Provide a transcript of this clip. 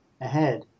ahead